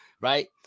Right